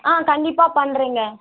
ஆ கண்டிப்பாக பண்ணுறேங்க